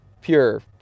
pure